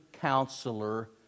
counselor